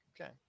Okay